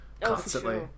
constantly